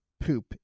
poop